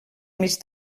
mig